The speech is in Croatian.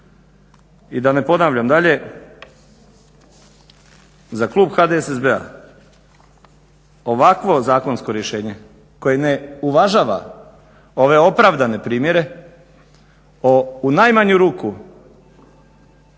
I da ne ponavljam dalje, za klub HDSSB-a ovakvo zakonsko rješenje koje ne uvažava ove opravdane primjere o u najmanju ruku